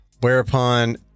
Whereupon